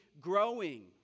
growing